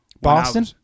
boston